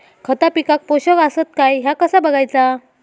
खता पिकाक पोषक आसत काय ह्या कसा बगायचा?